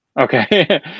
Okay